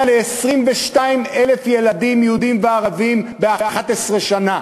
ל-22,000 ילדים יהודים וערבים ב-11 שנה,